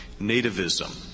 nativism